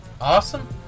Awesome